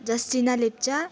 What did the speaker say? जस्टिना Lepcha